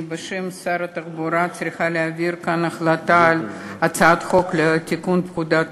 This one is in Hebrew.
בשם שר התחבורה אני צריכה להעביר כאן הצעת חוק לתיקון פקודת